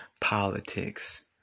politics